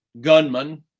gunman